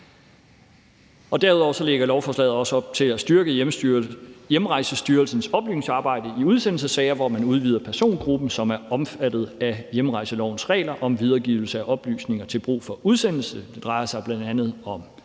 Derudover lægger lovforslaget også op til at styrke Hjemrejsestyrelsens oplysningsarbejde i udsendelsessager, hvor man udvider persongruppen, som er omfattet af hjemrejselovens regler om videregivelse af oplysninger til brug for udsendelse. Det drejer sig bl.a. om